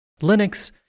Linux